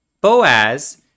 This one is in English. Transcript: Boaz